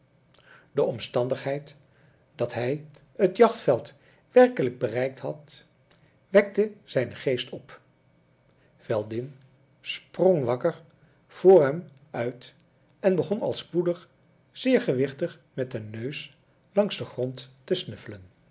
de omstandigheid dat hij het jachtveld werkelijk bereikt had wekte zijnen geest op veldin sprong wakker voor hem uit en begon al spoedig zeer gewichtig met den neus langs den grond te snuffelen